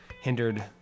hindered